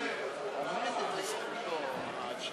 47. אם כן, הצעת החוק לא נתקבלה.